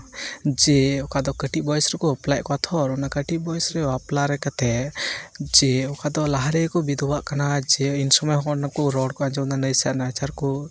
ᱡᱮ ᱚᱠᱟ ᱫᱚ ᱠᱟᱹᱴᱤᱡ ᱵᱚᱭᱮᱥ ᱨᱮᱠᱚ ᱵᱟᱯᱞᱟᱭᱮᱫ ᱠᱚᱣᱟ ᱛᱷᱚᱨ ᱚᱱᱟ ᱠᱟᱹᱴᱤᱡ ᱵᱚᱭᱮᱥ ᱨᱮ ᱵᱟᱯᱞᱟ ᱠᱟᱛᱮ ᱡᱮ ᱚᱠᱟ ᱫᱚ ᱞᱟᱦᱟ ᱨᱮᱜᱮ ᱠᱚ ᱵᱤᱫᱷᱚᱵᱟᱜ ᱠᱟᱱᱟ ᱥᱮ ᱤᱱ ᱥᱚᱢᱚᱭ ᱦᱚᱸ ᱱᱩᱠᱩ ᱨᱚᱲ ᱠᱚ ᱟᱸᱡᱚᱢᱫᱟ ᱱᱟᱹᱭ ᱥᱟᱜ ᱱᱟᱦᱟᱪᱟᱨ ᱠᱚ